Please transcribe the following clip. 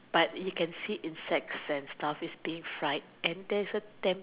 but you can see insects and stuff that is being fried and theres a damn